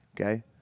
okay